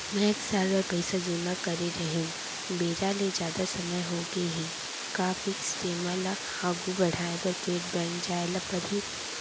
मैं एक साल बर पइसा जेमा करे रहेंव, बेरा ले जादा समय होगे हे का फिक्स जेमा ल आगू बढ़ाये बर फेर बैंक जाय ल परहि?